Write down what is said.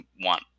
one